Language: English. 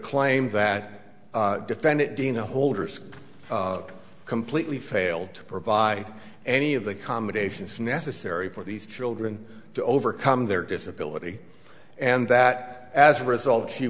claim that defend it dina holder's completely failed to provide any of the combinations necessary for these children to overcome their disability and that as a result she